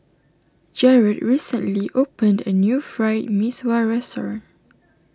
Jerod recently opened a new Fried Mee Sua restaurant